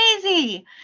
crazy